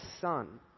Son